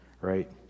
right